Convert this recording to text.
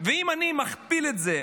אם אני מכפיל את זה,